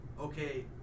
okay